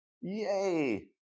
Yay